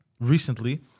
recently